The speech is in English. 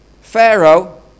Pharaoh